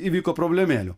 įvyko problemėlių